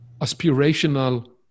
aspirational